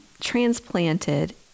transplanted